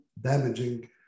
damaging